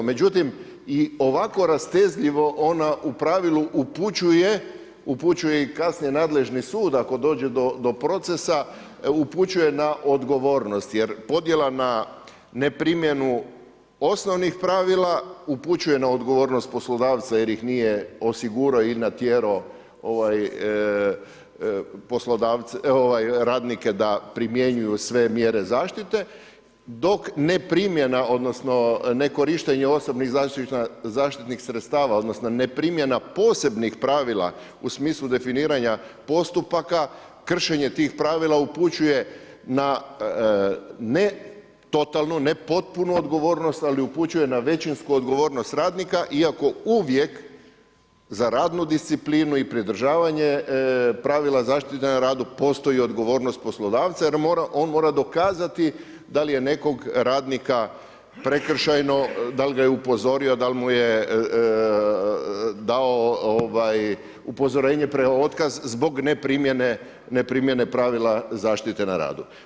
Međutim, i ovako rastezljivo ona u pravilu upućuje i kasnije nadležni sud ako dođe do procesa, upućuje na odgovornost jer podjela na neprimjenu osnovnih pravila, upućuje na odgovornost poslodavca jer ih nije osigurao i natjerao radnike da primjenjuju sve mjere zaštite dok neprimjena odnosno ne korištenje osobnih zaštitnih sredstava odnosno neprimjena posebnih pravila u smislu definiranja postupaka, kršenje tih pravila upućuje na ne totalnu, ne potpunu odgovornost, ali upućuje na većinsku odgovornost radnika iako uvijek za radnu disciplinu i pridržavanje pravila zaštite na radu, postoji odgovornost poslodavca jer on mora dokazati da li je nekog radnika prekršajno, dal' ga je upozorio, dal' mu je dao upozorenje pred otkaz zbog neprimjene pravila zaštite na radu.